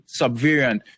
subvariant